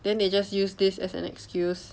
then they just use this as an excuse